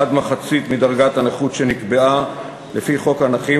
עד מחצית מדרגת הנכות שנקבעה לפי חוק הנכים,